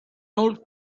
old